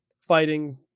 fighting